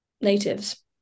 natives